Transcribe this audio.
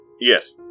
Yes